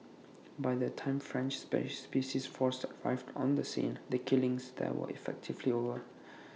by the time French space special forces arrived on the scene the killings there were effectively over